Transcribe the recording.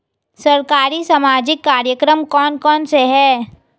सरकारी सामाजिक कार्यक्रम कौन कौन से हैं?